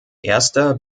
erster